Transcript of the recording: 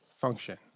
function